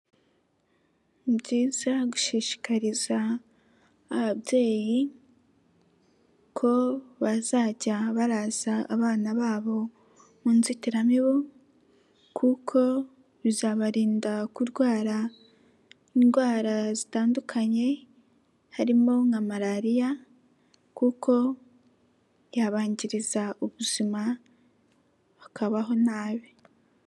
Ni byiza gushishikariza ababyeyi ko bazajya baraza abana babo mu nzitiramibu kuko bizabarinda kurwara indwara zitandukanye harimo: nka Malariya kuko yabangiriza ubuzima bakabaho nabi.